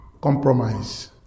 compromise